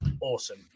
awesome